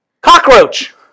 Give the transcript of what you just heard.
Cockroach